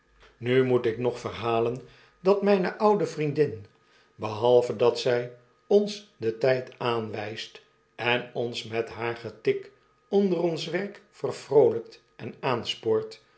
nu moet ik nog verhalen dat mijne oude vriendin behalve dat zg ons den tijd aanwpt en ons met haar getik onder ons werk vervroolpt en aanspoort